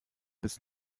bis